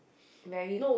very